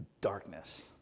darkness